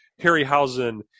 Harryhausen